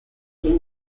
came